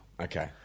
Okay